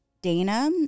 Dana